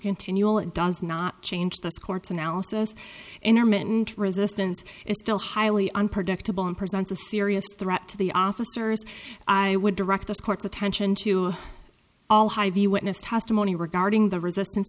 continual and does not change this court's analysis interment resistance is still highly unpredictable and presents a serious threat to the officers i would direct the court's attention to all high view witness testimony regarding the resistance